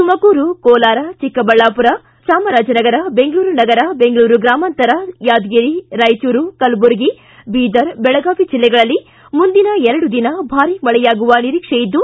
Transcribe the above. ತುಮಕೂರು ಕೋಲಾರ ಚಿಕ್ಕಬಳ್ಳಾಪುರ ಚಾಮರಾಜನಗರ ಬೆಂಗಳೂರು ನಗರ ಬೆಂಗಳೂರು ಗ್ರಾಮಾಂತರ ಯಾದಗಿರಿ ರಾಯಚೂರು ಕಲಬುರಗಿ ಬೀದರ್ ಬೆಳಗಾವಿ ಜಿಲ್ಲೆಗಳಲ್ಲಿ ಮುಂದಿನ ಎರಡು ದಿನ ಭಾರೀ ಮಳೆಯಾಗುವ ನಿರೀಕ್ಷೆಯಿದ್ದು